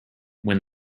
when